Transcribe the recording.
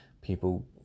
people